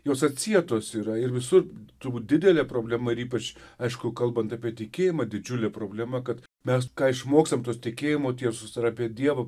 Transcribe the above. jos atsietos yra ir visur turbūt didelė problema ir ypač aišku kalbant apie tikėjimą didžiulė problema kad mes ką išmokstam tos tikėjimo tiesos ir apie dievo pasak